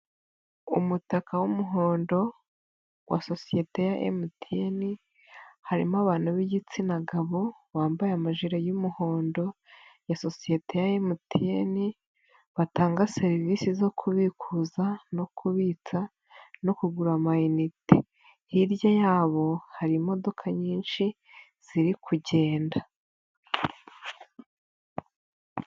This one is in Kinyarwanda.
Umutaka w'umuhondo wa sosiyete ya MTN, harimo abantu b'igitsina gabo, bambaye amajiri y'umuhondo ya sosiyete ya MTN, batanga serivisi zo kubikuza no kubitsa no kugura amainite, hirya yabo hari imodoka nyinshi, ziri kugenda.